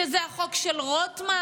שזה החוק של רוטמן?